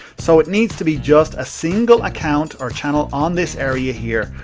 so, it needs to be just a single account or channel on this area, here,